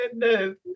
goodness